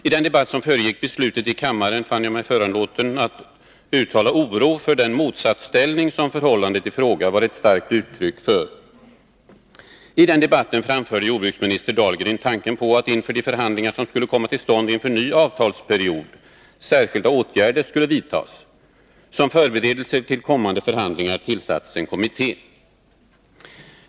I den debatt som föregick beslutet i kammaren fann jag mig föranlåten att uttala oro för den motsatsställning förhållandet i fråga var ett uttryck för. I samma debatt framförde jordbruksminister Dahlgren tanken på att särskilda åtgärder skulle vidtas inför de förhandlingar som skulle komma till stånd beträffande ny avtalsperiod. Som förberedelse för kommande förhandlingar tillsatte man en kommitté.